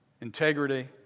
integrity